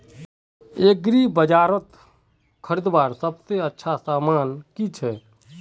एग्रीबाजारोत खरीदवार सबसे अच्छा सामान की छे?